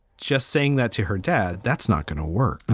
just saying that to her dad, that's not going to work.